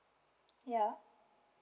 ya